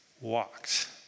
walked